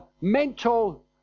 mental